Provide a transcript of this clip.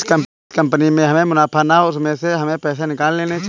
जिस कंपनी में हमें मुनाफा ना हो उसमें से हमें पैसे निकाल लेने चाहिए